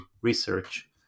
research